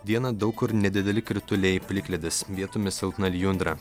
dieną daug kur nedideli krituliai plikledis vietomis silpna lijundra